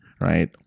right